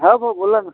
हां भाऊ बोला ना